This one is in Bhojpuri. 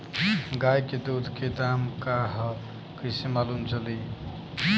गाय के दूध के दाम का ह कइसे मालूम चली?